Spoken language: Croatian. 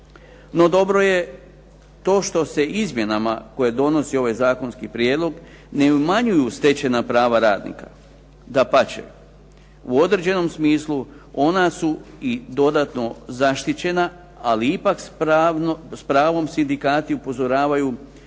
No dobro je to što se izmjenama koje donosi ovaj zakonski prijedlog ne umanjuju stečena prava radnika. Dapače, u određenom smislu ona su i dodatno zaštićena ali ipak s pravom sindikati upozoravaju